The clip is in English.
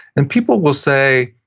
and people will say,